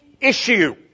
issue